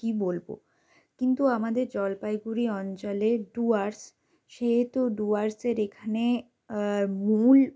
কি বলবো কিন্তু আমাদের জলপাইগুড়ি অঞ্চলের ডুয়ার্স সেহেতু ডুয়ার্স এর এখানে মূল